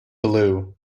blue